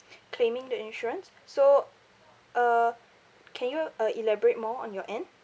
claiming the insurance so uh can you uh elaborate more on your end